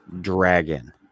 dragon